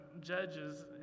judges